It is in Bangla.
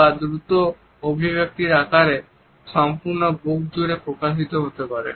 বা খুব দ্রুত অভিব্যক্তির আকারে সম্পূর্ণ বুক জুড়ে প্রকাশিত হতে পারে